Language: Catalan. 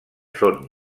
són